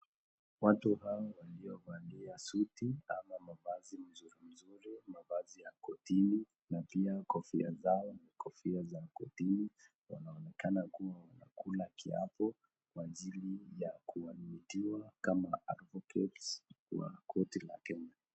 Watu hawa waliovalia suti ama mavazi ya kotini na pia kofia zao ni kofia za kotini wanaonekana kuwa wanakula kiapo kwa ajili ya kuadmitiwa kama advocates wa kotini.